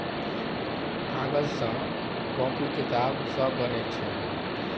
कागज सँ कांपी किताब सब बनै छै